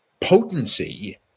potency